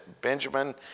Benjamin